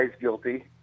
guilty